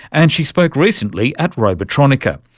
and she spoke recently at robotronica,